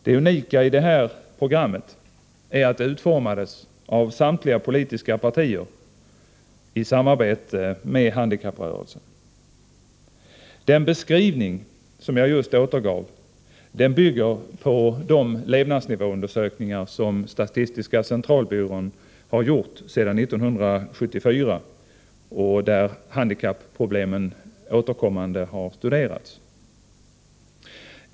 Det unika i det här programmet är att det utformades av samtliga politiska partier i samarbete med handikapprörelsen. Den beskrivning som jag just återgav bygger på de levnadsnivåundersökningar som statistiska centralbyrån har gjort sedan 1974 och där handikappproblemen återkommande har studerats.